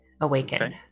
awaken